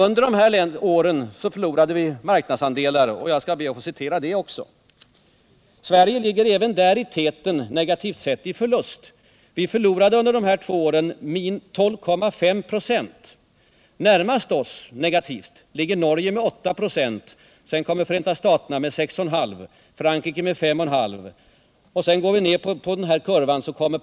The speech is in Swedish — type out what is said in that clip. I min tablå anges att Sverige under de nämnda åren i marknadsandelar förlorade 12,5 26. Närmast oss negativt sett ligger Norge med 8 96. Därefter kommer Förenta staterna med 6,5 26 och Frankrike med 5,5 96.